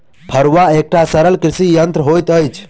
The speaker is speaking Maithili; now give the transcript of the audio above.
फड़ुआ एकटा सरल कृषि यंत्र होइत अछि